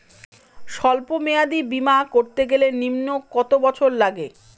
সল্প মেয়াদী বীমা করতে গেলে নিম্ন কত বছর লাগে?